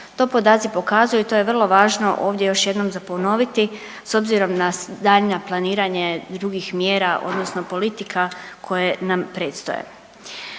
To podaci pokazuju i to je vrlo važno ovdje još jednom za ponoviti s obzirom na daljnje planiranje drugih mjera odnosno politika koje nam predstoje.